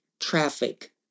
traffic